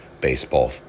baseball